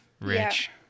rich